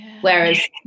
whereas